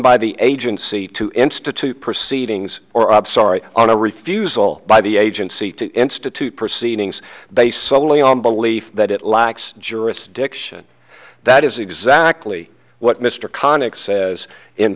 by the agency to institute proceedings or of sorry on a refusal by the agency to institute proceedings based solely on belief that it lacks jurisdiction that is exactly what mr conic says in